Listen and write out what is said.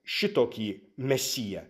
šitokį mesiją